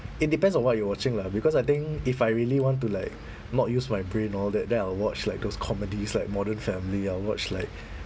it depends on what you're watching lah because I think if I really want to like not use my brain and all that then I'll watch like those comedies like modern family I'll watch like